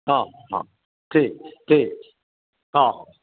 हँ हँ ठीक छै ठीक छै हँ